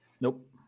Nope